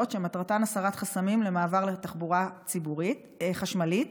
שמטרתן הסרת חסמים למעבר לתחבורה ציבורית חשמלית.